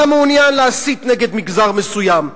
אתה מעוניין להסית נגד מגזר מסוים.